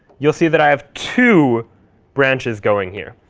you'll see that i have two branches going here.